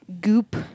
goop